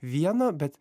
vieno bet